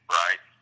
right